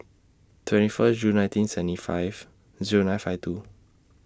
twenty First June nineteen seventy five Zero nine five two